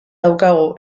daukagu